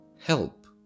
help